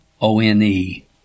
O-N-E